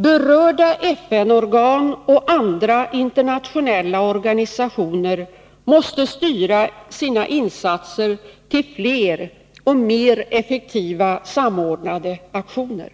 Berörda FN-organ och andra internationella organisationer måste styra sina insatser till fler och mer effektiva samordnade aktioner.